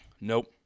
Nope